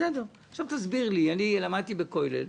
עכשיו תסביר לי אני למדתי בכולל,